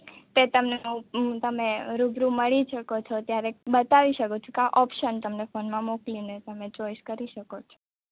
તે તમે તમે રુબરુ મળી શકો છો ત્યારે બતાવી શકું છું કાં ઓપશન તમને ફોનમાં મોકલીને તમે ચોઈસ કરી શકો છો